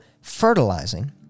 fertilizing